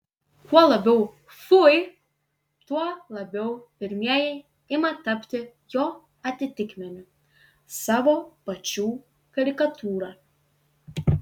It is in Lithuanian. kuo labiau fui tuo labiau pirmieji ima tapti jo atitikmeniu savo pačių karikatūra